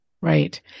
Right